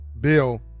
bill